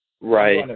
right